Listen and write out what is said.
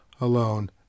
Alone